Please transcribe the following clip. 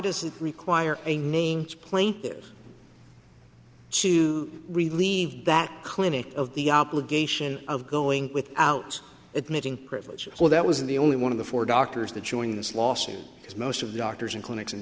does it require a name plaintive to relieve that clinic of the obligation of going without admitting privileges well that was the only one of the four doctors to join this lawsuit because most of the doctors and clinics in